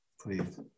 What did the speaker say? Please